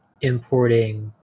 importing